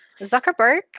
Zuckerberg